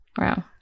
wow